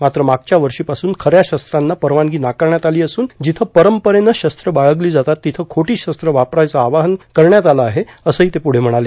मात्र मागच्या वर्षीपासून खऱ्या शस्त्रांना परवानगी नाकारण्यात आली असून जिथं परंपरेने शस्त्रं बाळ्यली जातात तिथं खोटी शस्त्र वापरायचं आवाहन करण्यात आलं आहे असंही ते प्रढं म्हणाले